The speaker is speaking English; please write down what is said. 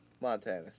Montana